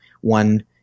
one